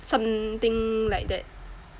something like that